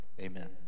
Amen